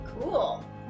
Cool